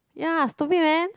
ya stupid man